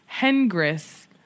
Hengris